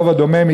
הרוב הדומם,